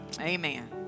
Amen